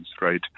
right